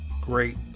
great